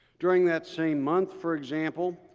during that same month, for example,